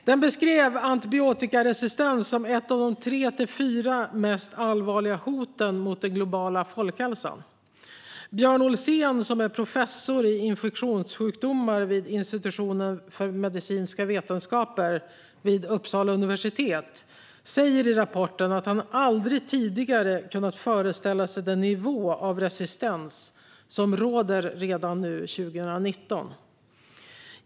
Där beskrivs antibiotikaresistens som ett av de tre eller fyra mest allvarliga hoten mot den globala folkhälsan. Björn Olsen, som är professor i infektionssjukdomar vid Institutionen för medicinska vetenskaper vid Uppsala universitet, säger i rapporten att han aldrig tidigare kunnat föreställa sig den nivå av resistens som råder redan 2019.